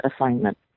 assignment